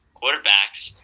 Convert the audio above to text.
quarterbacks